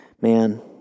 man